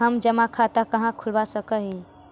हम जमा खाता कहाँ खुलवा सक ही?